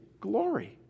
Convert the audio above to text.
glory